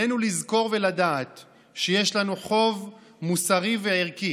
עלינו לזכור ולדעת שיש לנו חוב מוסרי וערכי